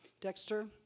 Dexter